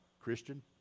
Christian